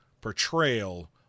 portrayal